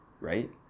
right